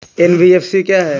NBFC क्या है?